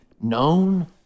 known